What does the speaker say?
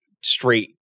straight